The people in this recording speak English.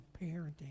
parenting